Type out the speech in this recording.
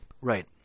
Right